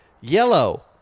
yellow